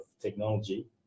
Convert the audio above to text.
technology